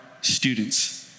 students